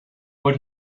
would